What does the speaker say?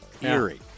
eerie